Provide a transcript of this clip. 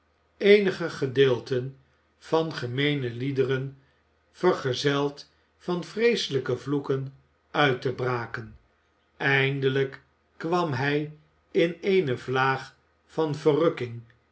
eenige gedeelten van gemeene liederen vergezeld van vreeselijke vloeken uit te braken eindelijk kwam hij in eene vlaag van verrukking